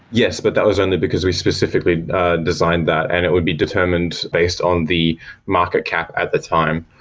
yes, but that was only because we specifically design that and it would be determined based on the market cap at the time.